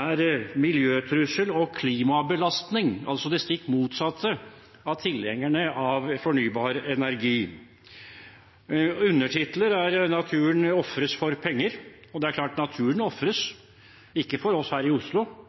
er en miljøtrussel og klimabelastning, altså det stikk motsatte av det tilhengerne av fornybar energi sier. En undertittel er: «Naturen ofres for penger.» Det er klart naturen ofres, ikke for oss her i Oslo,